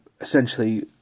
essentially